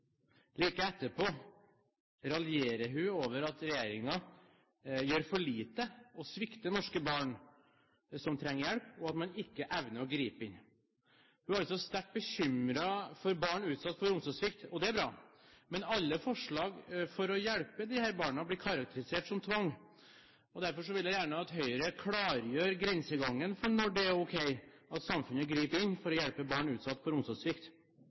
Like etterpå raljerer hun over at regjeringen gjør for lite og svikter norske barn som trenger hjelp, og at man ikke evner å gripe inn. Hun er jo så sterkt bekymret for barn som er utsatt for omsorgssvikt, og det er bra, men alle forslag for å hjelpe disse barna blir karakterisert som tvang. Derfor vil jeg gjerne at Høyre klargjør grensegangen for når det er ok at samfunnet griper inn for å hjelpe barn som er utsatt